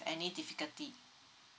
any difficulty